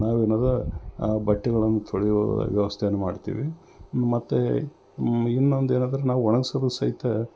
ನಾವೇನದ ಆ ಬಟ್ಟೆಗಳನ್ನು ತೊಳೆಯುವ ವ್ಯವಸ್ಥೆಯನ್ನು ಮಾಡ್ತೀವಿ ಮತ್ತು ಇನ್ನೊಂದು ಏನಂದರೆ ನಾವು ಒಣಗಿಸಲು ಸಹಿತ